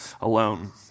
alone